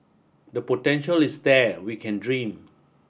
the potential is there we can dream